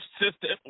system